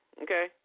okay